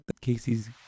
Casey's